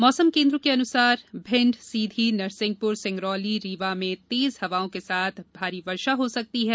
मौसम केन्द्र के अनुसार भिंड सीधी नरसिंहपुर सिंगरौली रीवा में तेज हवाओं के साथ भारी वर्षा हो सकती है